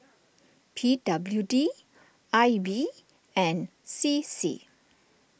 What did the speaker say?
P W D I B and C C